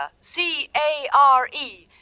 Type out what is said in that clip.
C-A-R-E